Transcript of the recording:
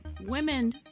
women